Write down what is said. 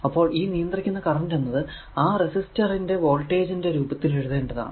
അപ്പോൾ ഈ നിയന്ത്രിക്കുന്ന കറന്റ് എന്നത് ആ റെസിസ്റ്ററിന്റെ വോൾട്ടേജിന്റെ രൂപത്തിൽ എഴുതേണ്ടതാണ്